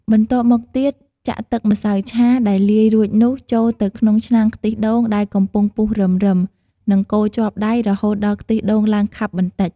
បន្ទាប់មកទៀត ចាក់ទឹកម្សៅឆាដែលលាយរួចនោះ ចូលទៅក្នុងឆ្នាំងខ្ទិះដូងដែលកំពុងពុះរឹមៗ និងកូរជាប់ដៃ រហូតដល់ទឹកខ្ទិះឡើងខាប់បន្តិច។